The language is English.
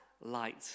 light